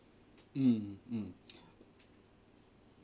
mm mm